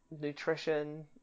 nutrition